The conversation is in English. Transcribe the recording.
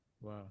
Wow